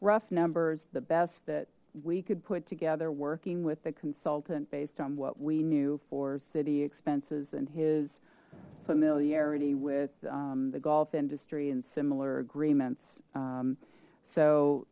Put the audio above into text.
rough numbers the best that we could put together working with the consultant based on what we knew for city expenses and his familiarity with the golf industry and similar agreements